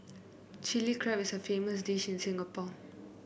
Chilli Crab is a famous dish in Singapore